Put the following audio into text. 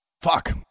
Fuck